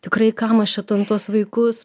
tikrai kam aš čia ten tuos vaikus